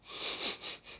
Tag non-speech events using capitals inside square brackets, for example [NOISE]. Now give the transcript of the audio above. [LAUGHS]